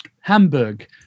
Hamburg